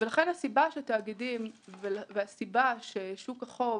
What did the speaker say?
הסיבה שתאגידים והסיבה ששוק החוב